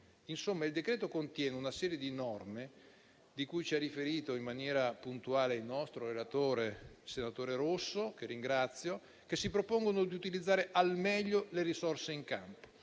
Insomma, il decreto contiene una serie di norme, di cui ci ha riferito in maniera puntuale il nostro relatore, il senatore Rosso, che ringrazio, che si propongono di utilizzare al meglio le risorse in campo.